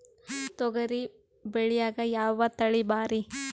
ತೊಗರಿ ಬ್ಯಾಳ್ಯಾಗ ಯಾವ ತಳಿ ಭಾರಿ?